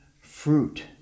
fruit